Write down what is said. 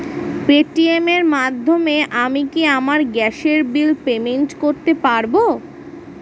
Paytm এর মাধ্যমে আমি কি আমার গ্যাসের বিল পেমেন্ট করতে পারব?